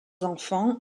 enfants